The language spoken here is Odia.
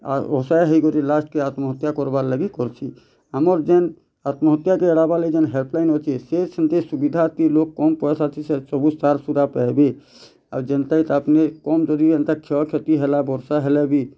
ଆର୍ ଅସହାୟ ହେଇକରି ଲାଷ୍ଟ୍ କେ ଆତ୍ମହତ୍ୟା କର୍ବାର୍ ଲାଗି କର୍ସି ଆମର୍ ଯେନ୍ ଆତ୍ମହତ୍ୟାକେ ଏଡ଼ାବା ଲାଗି ଯେନ୍ ହେଲ୍ପ୍ଲାଇନ୍ ଅଛେ ସେ ସେନ୍ତି ସୁବିଧା ଥି ଲୋକ୍ କମ୍ ପଇସା ଥିସେ ସବୁ ସାର୍ ସୁରା ପାଏବେ ଆଉ ଯେନ୍ତା ତାଫୁନି କମ୍ ଯଦି ହେନ୍ତା କ୍ଷୟକ୍ଷତି ହେଲା ବର୍ଷା ହେଲେ ବି